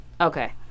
Okay